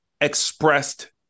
expressed